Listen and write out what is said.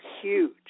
huge